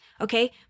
Okay